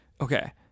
Okay